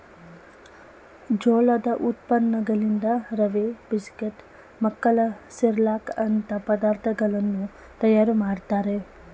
ಜೋಳದ ಉತ್ಪನ್ನಗಳಿಂದ ರವೆ, ಬಿಸ್ಕೆಟ್, ಮಕ್ಕಳ ಸಿರ್ಲಕ್ ಅಂತ ಪದಾರ್ಥಗಳನ್ನು ತಯಾರು ಮಾಡ್ತರೆ